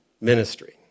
ministry